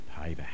payback